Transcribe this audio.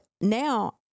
now